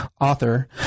author